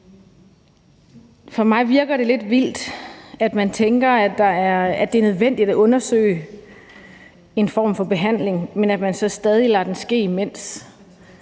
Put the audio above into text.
For mig virker det lidt vildt, at man tænker, at det er nødvendigt at undersøge en form for behandling, men at man så lader den ske imens.